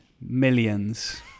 millions